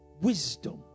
wisdom